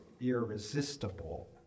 Irresistible